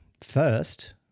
first